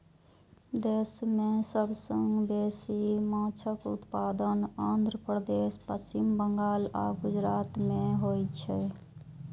देश मे सबसं बेसी माछक उत्पादन आंध्र प्रदेश, पश्चिम बंगाल आ गुजरात मे होइ छै